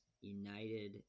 united